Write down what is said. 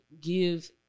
Give